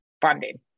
funding